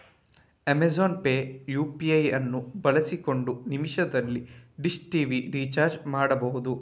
Amazon pay UPI ಅನ್ನು ಬಳಸಿಕೊಂಡು ನಿಮಿಷದಲ್ಲಿ ಡಿಶ್ ಟಿವಿ ರಿಚಾರ್ಜ್ ಮಾಡ್ಬಹುದು